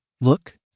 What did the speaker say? Look